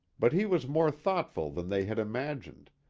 but he was more thoughtful than they had imagined,